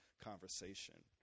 conversation